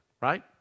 right